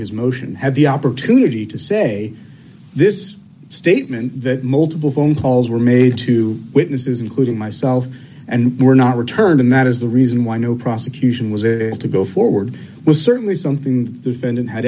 his motion had the opportunity to say this statement that multiple phone calls were made to witnesses including myself and were not returned and that is the reason why no prosecution was to go forward with certainly something defendant had